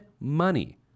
money